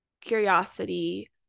curiosity